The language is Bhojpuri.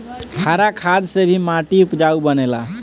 हरा खाद से भी माटी उपजाऊ बनेला